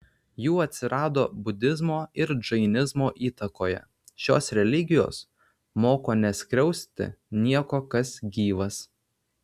jų atsirado budizmo ir džainizmo įtakoje šios religijos moko neskriausti nieko kas gyvas